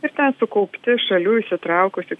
ir ten sukaupti šalių įsitraukusių